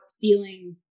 feeling